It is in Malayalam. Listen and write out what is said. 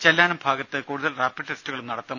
ചെല്ലാനം ഭാഗത്ത് കൂടുതൽ റാപ്പിഡ് ടെസ്റ്റുകളും നടത്തും